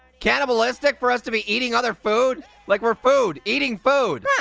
cannibalistic for us to be eating other food? like we're food, eating food. huh,